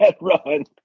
run